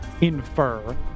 infer